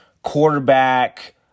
quarterback